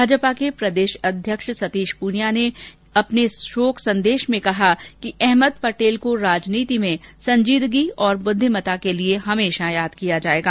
भाजपा के प्रदेश अध्यक्ष सतीश पूनिया ने अपने शोक संदेश में कहा कि अहमद पटेल को राजनीति में संजीदगी और बुद्धिमता के लिए हमेशा याद किया जाएगा